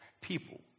people